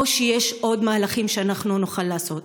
או שיש עוד מהלכים שאנחנו נוכל לעשות?